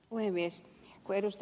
kun ed